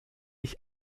ich